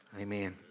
amen